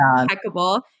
Impeccable